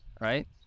right